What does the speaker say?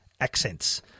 accents